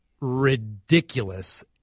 ridiculous